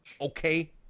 Okay